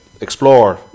explore